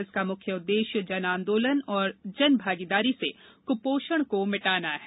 इसका मुख्य उद्देश्य जन आंदोलन और जनभागीदारी से कुपोषण को मिटाना है